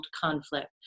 conflict